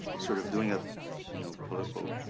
sort of doing a you know political,